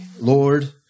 Lord